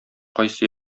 кайсы